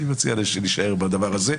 אני מציע שנישאר בדבר הזה.